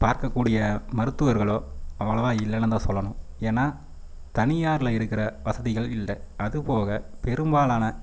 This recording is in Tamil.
பார்க்கக்கூடிய மருத்துவர்கள் அவ்வளாவாக இல்லைன்னு தான் சொல்லணும் ஏன்னா தனியாரில் இருக்கிற வசதிகள் இல்லை அது போக பெரும்பாலான